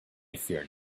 fear